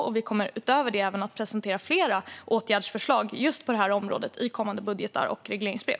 Utöver detta kommer vi även att presentera flera åtgärdsförslag på just detta område i kommande budgetar och regleringsbrev.